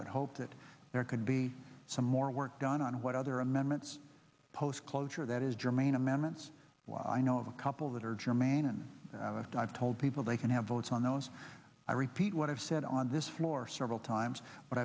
would hope that there could be some more work done on what other amendments post closure that is germane amendments i know of a couple that are germane and i've told people they can have votes on those i repeat what i've said on this floor several times but